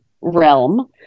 realm